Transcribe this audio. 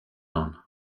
none